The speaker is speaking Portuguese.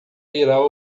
irá